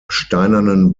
steinernen